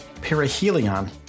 perihelion